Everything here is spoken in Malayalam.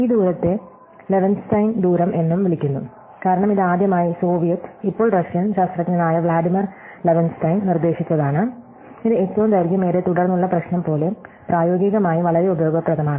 ഈ ദൂരത്തെ ലെവൻസ്റ്റൈൻ ദൂരം എന്നും വിളിക്കുന്നു കാരണം ഇത് ആദ്യമായി സോവിയറ്റ് ഇപ്പോൾ റഷ്യൻ ശാസ്ത്രജ്ഞനായ വ്ളാഡിമിർ ലെവൻസ്റ്റൈൻ നിർദ്ദേശിച്ചതാണ് ഇത് ഏറ്റവും ദൈർഘ്യമേറിയ തുടർന്നുള്ള പ്രശ്നം പോലെ പ്രായോഗികമായി വളരെ ഉപയോഗപ്രദമാണ്